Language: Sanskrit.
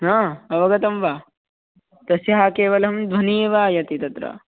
हा अवगतं वा तस्याः केवलं ध्वनिः एव आयाति तत्र